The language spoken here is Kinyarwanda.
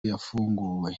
yafunguwe